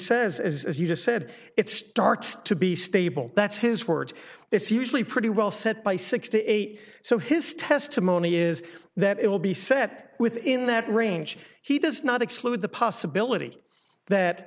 says as you just said it starts to be stable that's his words it's usually pretty well set by six to eight so his testimony is that it will be set within that range he does not exclude the possibility that